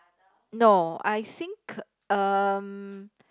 no I think um